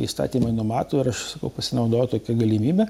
įstatymai numato ir aš sakau pasinaudojau tokia galimybe